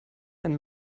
einen